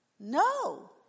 No